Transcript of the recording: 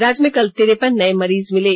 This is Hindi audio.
राज्य में कल तिरेपन नये मरीज मिले